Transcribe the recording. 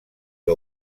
que